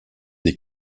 des